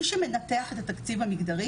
מי שמנתח את התקציב המגדרי